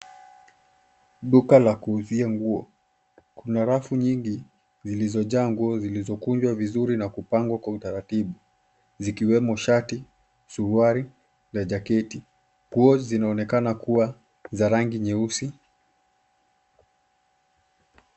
Duka la kuuzia nguo. Kuna rafu nyingi zilizojaa nguo zilizokunjwa vizuri na kupangwa kwa utaratibu, zikiwemo shati, suruali na jaketi. Nguo zinaonekana kuwa za rangi nyeusi.